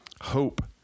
Hope